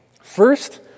First